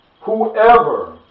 whoever